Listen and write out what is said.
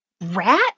rat